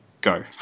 Go